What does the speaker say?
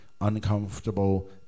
uncomfortable